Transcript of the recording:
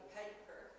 paper